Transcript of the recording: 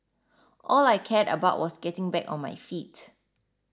all I cared about was getting back on my feet